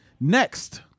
Next